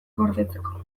gordetzeko